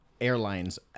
airlines